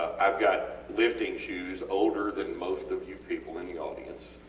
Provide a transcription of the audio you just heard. ive got lifting shoes older than most of you people in the audience